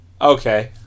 Okay